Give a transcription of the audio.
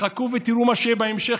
חכו ותראו מה יהיה בהמשך.